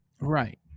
right